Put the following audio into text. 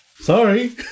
Sorry